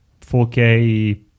4K